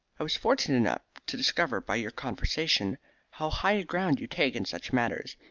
i was fortunate enough to discover by your conversation how high a ground you take in such matters,